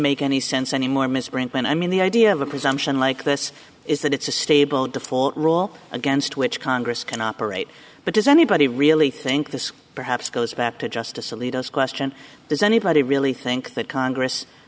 make any sense anymore misprint when i mean the idea of a presumption like this is that it's a stable default rule against which congress can operate but does anybody really think this perhaps goes back to justice alito is question does anybody really think that congress